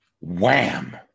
wham